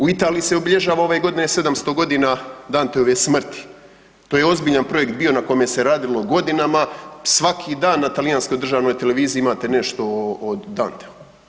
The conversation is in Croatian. U Italiji se obilježava ove godine 700 godina Danteove smrti, to je ozbiljan projekt bio na kojem se radilo godinama, svaki dan na talijanskoj državnoj televiziji imate nešto o Danteu.